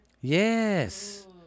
Yes